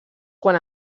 quan